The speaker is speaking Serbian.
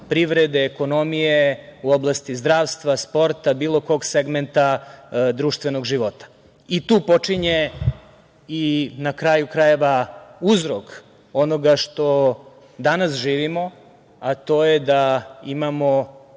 privrede, ekonomije, u oblasti zdravstva, sporta, bilo kog segmenta društvenog života. Tu počinje i na kraju krajeva, uzrok onoga što danas živimo, a to je da imamo